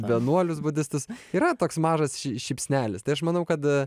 vienuolius budistus yra toks mažas žiupsnelis tai aš manau kad